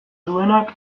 duenak